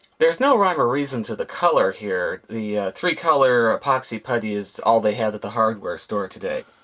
there's no rhyme or reason to the color here. the three color epoxy putty is all they had at the hardware store today.